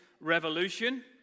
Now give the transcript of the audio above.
Revolution